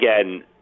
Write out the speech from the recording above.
again